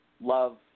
love